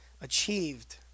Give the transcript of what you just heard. achieved